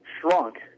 shrunk